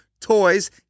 toys